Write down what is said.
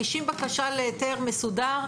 מגישים בקשה להיתר מסודר,